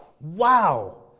Wow